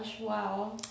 Wow